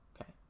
Okay